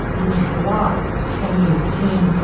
in july of twenty eighteen,